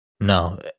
no